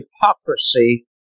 hypocrisy